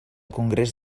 congrés